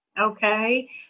Okay